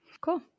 Cool